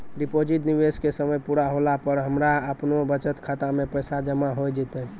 Deposit निवेश के समय पूरा होला पर हमरा आपनौ बचत खाता मे पैसा जमा होय जैतै?